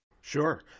Sure